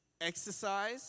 exercise